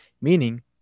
meaning